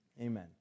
Amen